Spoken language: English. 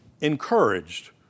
encouraged